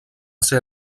ser